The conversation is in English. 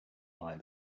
mind